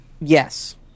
Yes